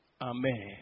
Amen